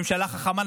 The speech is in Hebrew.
ממשלה חכמה,